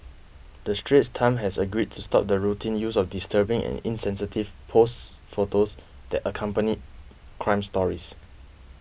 the Straits Times has agreed to stop the routine use of disturbing and insensitive posed photos that accompany crime stories